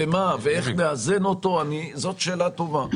איך נאזן אותו, זאת שאלה טובה.